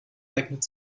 eignet